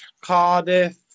Cardiff